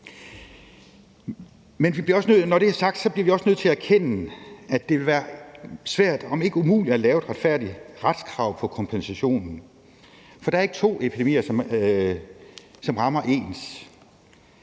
Når det er sagt, bliver vi også nødt til at erkende, at det vil være svært om ikke umuligt at lave et retfærdigt retskrav på kompensationen, for der er ikke to epidemier, som rammer ens.